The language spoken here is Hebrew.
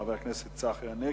חבר הכנסת צחי הנגבי: